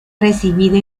recibido